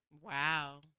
Wow